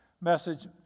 message